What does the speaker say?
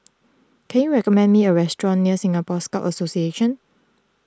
can you recommend me a restaurant near Singapore Scout Association